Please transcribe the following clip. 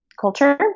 Culture